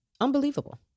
Unbelievable